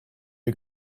you